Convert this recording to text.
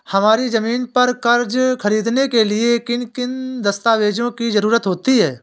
हमारी ज़मीन पर कर्ज ख़रीदने के लिए किन किन दस्तावेजों की जरूरत होती है?